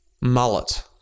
Mullet